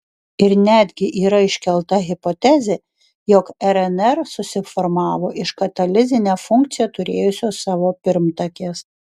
ir netgi yra iškelta hipotezė jog rnr susiformavo iš katalizinę funkciją turėjusios savo pirmtakės